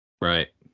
Right